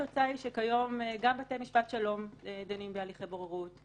התוצאה היא שכיום גם בתי משפט שלום דנים בהליכי בוררות,